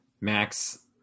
Max